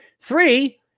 Three